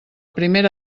primera